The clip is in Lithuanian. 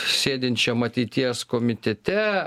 sėdinčiam ateities komitete